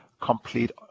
complete